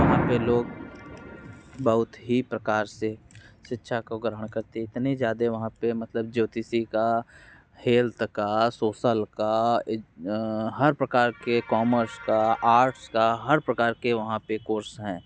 यहाँ पे लोग बहुत ही प्रकार से शिक्षा को ग्रहण करते है इतने ज़्यादा वहाँ पे मतलब ज्योतिष का हेल्थ का सोसल का हर प्रकार के कॉमर्स का आर्ट्स का हर प्रकार के वहाँ पे कोर्स हैं